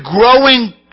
growing